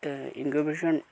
incubation